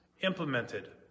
implemented